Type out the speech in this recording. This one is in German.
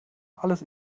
alles